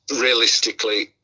realistically